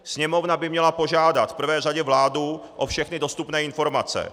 Sněmovna by měla požádat v prvé řadě vládu o všechny dostupné informace.